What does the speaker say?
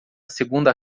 segunda